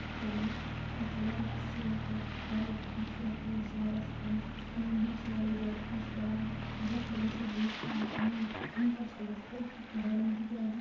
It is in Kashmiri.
تہٕ مےٚ اَسہِ چھِ واریاہ اَصٕل تہٕ واریاہ خوٗبصوٗرت پوش چھِ گرَس منٛز میٛون دِل چھُ واریاہ زیادٕ خۄش کران دۄہ کھۄتہٕ دۄہ چھَس بہٕ یَژھان کہِ میٛون اِنٹرَسٹ گژھ اَمہِ کھۄتہٕ تہِ بَڈُن تِکیٛازِ